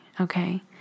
okay